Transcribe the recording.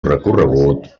recorregut